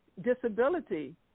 Disability